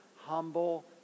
humble